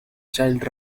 child